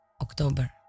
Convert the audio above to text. October